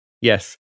yes